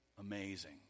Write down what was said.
amazing